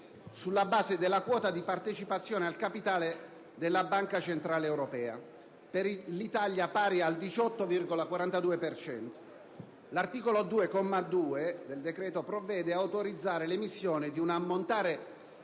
sulla base della quota di partecipazione al capitale della Banca centrale europea, per l'Italia pari al 18,42 per cento. L'articolo 2, comma 2, del decreto provvede ad autorizzare l'emissione di un ammontare